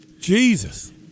Jesus